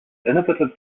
innovative